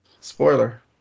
Spoiler